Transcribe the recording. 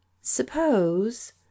Suppose